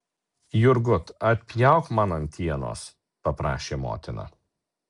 jurgut atpjauk man antienos paprašė motina